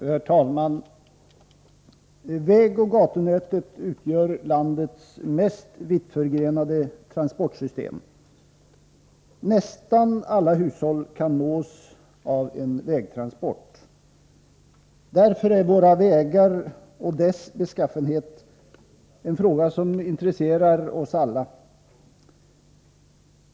Herr talman! Vägoch gatunätet utgör landets mest vittförgrenade transportsystem. Nästan alla hushåll kan nås av en vägtransport. Därför är våra vägar och deras beskaffenhet en fråga som intresserar alla.